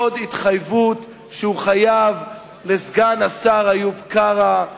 עוד התחייבות שהוא חייב לסגן השר איוב קרא.